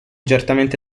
certamente